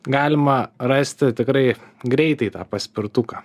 galima rasti tikrai greitai tą paspirtuką